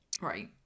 Right